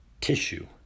tissue